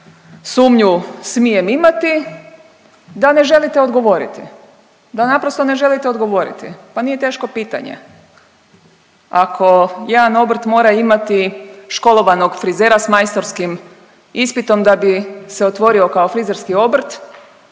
sumnju smijem imati da ne želite odgovoriti, da naprosto ne želite odgovoriti, pa nije teško pitanje. Ako jedan obrt mora imati školovanog frizera s majstorskim ispitom da bi se otvorio kao frizerski obrt